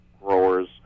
growers